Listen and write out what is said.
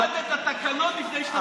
תלמד את התקנון לפני שאתה מדבר.